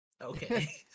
Okay